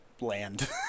land